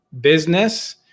business